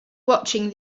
watching